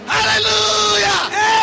Hallelujah